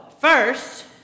First